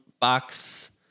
box